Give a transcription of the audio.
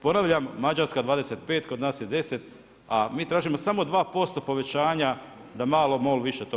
Ponavljam, Mađarska 25% kod nas je 10, a mi tražimo samo 2% povećanja da malo MOL to više plati.